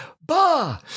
Bah